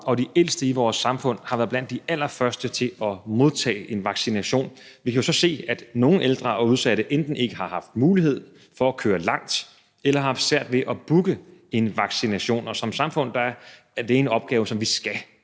og de ældste i vores samfund har været blandt de allerførste til at modtage en vaccination. Vi kan jo så se, at nogle ældre og udsatte enten ikke haft mulighed for at køre langt eller har haft svært ved at booke en vaccination, og som samfund er det en opgave, som vi skal